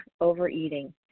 overeating